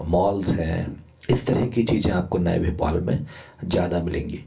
malls हैं इस तरह की चीज़ें आपको नए भोपाल में ज़्यादा मिलेंगी